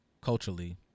culturally